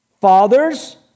Fathers